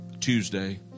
Tuesday